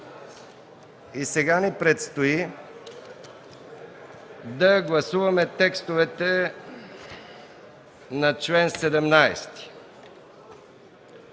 и сега ни предстои да гласуваме текстове на чл. 17.